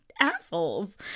assholes